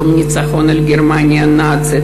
יום הניצחון על גרמניה הנאצית